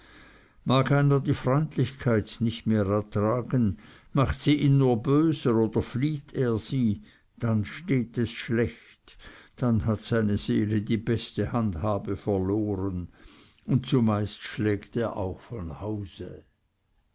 mag einer die freundlichkeit nicht mehr ertragen macht sie ihn nur böser oder flieht er sie dann steht es schlecht dann hat seine seele die beste handhabe verloren und zumeist schlägt er auch von hause